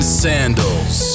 sandals